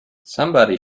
somebody